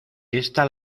esta